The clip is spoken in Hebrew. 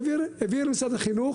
הוא העביר למשרד החינוך,